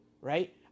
right